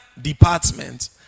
department